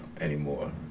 anymore